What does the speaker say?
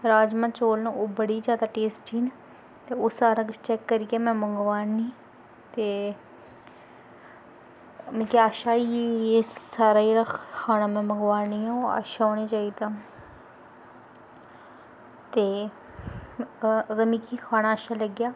राजमाह् चौल न ओह् बड़े गै जैदा टेस्टी न ते ओह् सारा किश चैक्क करियै में मंगवानी ते मिगी आशा इ'यै सारा जेह्ड़ा खाना में मंगवानी ऐं ओह् सारा अच्छा होना चाहिदा ते अ अगर मिगी खाना अच्छा लग्गेआ